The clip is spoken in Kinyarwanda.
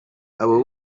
abo